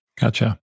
Gotcha